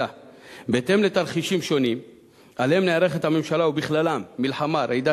דיני הרשויות המקומיות (סיוע לרשות